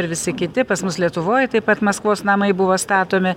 ir visi kiti pas mus lietuvoj taip pat maskvos namai buvo statomi